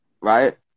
Right